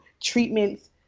Treatments